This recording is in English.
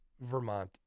Vermont